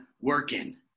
working